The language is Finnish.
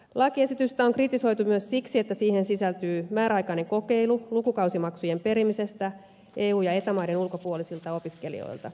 lakiesitystä on kritisoitu myös siksi että siihen sisältyy määräaikainen kokeilu lukukausimaksujen perimisestä eu ja eta maiden ulkopuolisilta opiskelijoilta